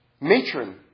matron